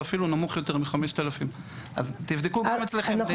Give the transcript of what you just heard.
הוא אפילו נמוך יותר מ-5,000 אז תבדקו גם אצלכם.